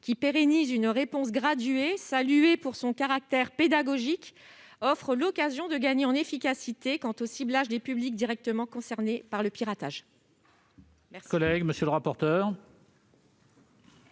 qui pérennise une réponse graduée saluée pour son caractère pédagogique, offre l'occasion de gagner en efficacité quant au ciblage des publics directement concernés par le piratage.